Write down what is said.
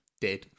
dead